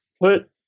Put